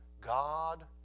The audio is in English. God